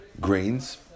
grains